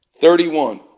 Thirty-one